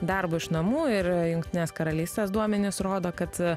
darbu iš namų ir jungtinės karalystės duomenys rodo kad